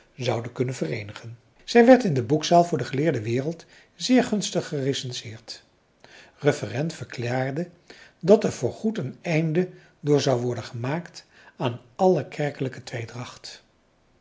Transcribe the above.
zouden kunnen vereenigen zij werd in de boekzaal voor de geleerde wereld zeer gunstig gerecenseerd referent verklaarde dat er voorgoed een einde door zou worden gemaakt aan alle kerkelijke